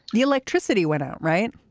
the electricity went out right.